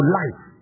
life